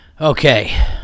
Okay